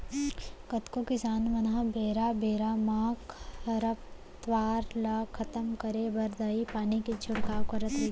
कतको किसान मन ह बेरा बेरा म खरपतवार ल खतम करे बर दवई पानी के छिड़काव करत रइथे